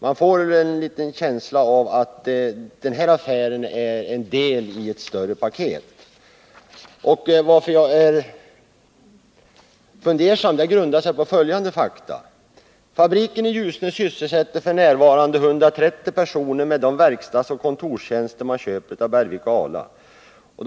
Man får en känsla av att den här affären är en del i ett större paket. Anledningarna till att jag är fundersam är följande: Fabriker i Ljusne sysselsätter f. n. 130 personer med de verkstadsoch kontorstjänster man köper av Bergvik och Ala.